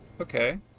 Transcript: okay